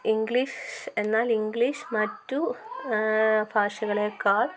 English എന്നാൽ English മറ്റു ഭാഷകളേക്കാൾ